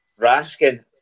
Raskin